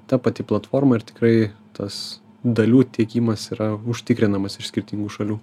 ta pati platforma ir tikrai tas dalių tiekimas yra užtikrinamas iš skirtingų šalių